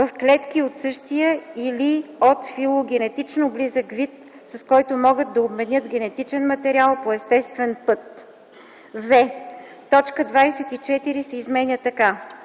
в клетки от същия или от филогенетично близък вид, с който могат да обменят генетичен материал по естествен път”; в) точка 24 се изменя така: